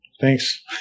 Thanks